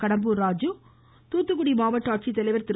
கடம்பூர் ராஜு மாவட்ட ஆட்சித்தலைவா் திரு